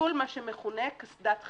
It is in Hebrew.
ביטול מה שמכונה קסדת חצי.